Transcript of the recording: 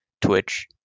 Twitch